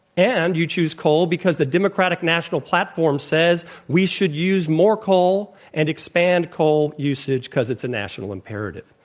and you choose coal because the democratic national platform says we should use more coal and expand coal usage because it's a national imperative.